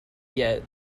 yet